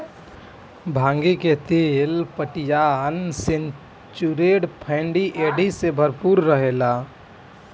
भांगी के तेल पालियन सैचुरेटेड फैटी एसिड से भरपूर रहेला